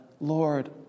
Lord